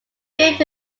built